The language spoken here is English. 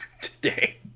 Today